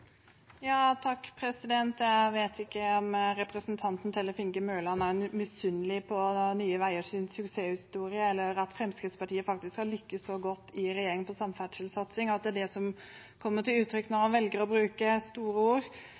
Jeg vet ikke om representanten Tellef Inge Mørland er misunnelig på Nye Veiers suksesshistorie eller på at Fremskrittspartiet faktisk har lyktes så godt i regjering på samferdselssatsing, og at det er det som kommer til uttrykk når han velger å bruke store